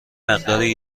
مقداری